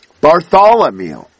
Bartholomew